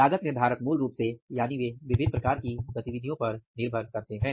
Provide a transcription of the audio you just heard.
लागत निर्धारक मूल रूप से यानि वे विभिन्न प्रकार की गतिविधियों पर निर्भर करते हैं